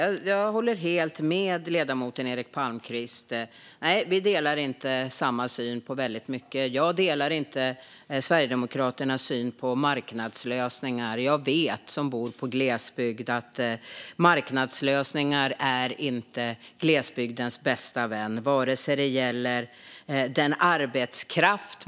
Jag håller med ledamoten Eric Palmqvist om att vi har olika syn på mycket. Jag delar exempelvis inte Sverigedemokraternas syn på marknadslösningar. Jag bor i glesbygd och vet att marknadslösningar inte är glesbygdens bästa vän när det gäller till exempel arbetskraft.